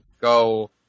go